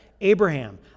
Abraham